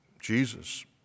Jesus